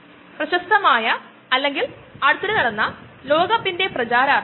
അടുത്തതായി ഞാൻ സംസാരിക്കാൻ ആഗ്രഹിക്കുന്ന ബയോ റിയാക്ടറിനെ ഫോട്ടോ ബയോറിയാക്ടർ എന്ന് വിളിക്കുന്നു